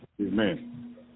Amen